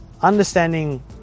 understanding